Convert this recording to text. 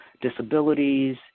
Disabilities